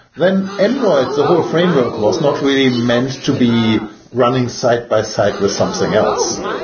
then android's whole framework was not really meant to be running side-by-side with something else.